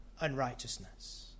unrighteousness